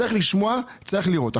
צריך לשמוע וצריך לראות.